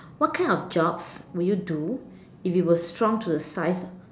what kind of jobs would you do if you were shrunk to the size